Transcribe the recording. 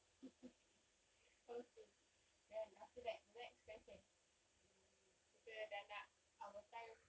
okay then after that next question !ee! kita dah nak our time